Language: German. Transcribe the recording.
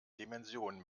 dimension